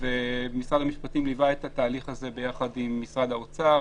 משרד המשפטים ליווה את התהליך הזה יחד עם משרד האוצר,